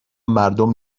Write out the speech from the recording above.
مردم